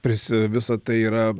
prisi visa tai yra